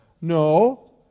No